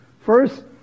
First